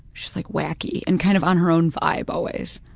like, wacky, and kind of on her own vibe always.